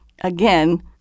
Again